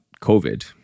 COVID